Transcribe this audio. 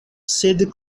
sed